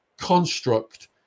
construct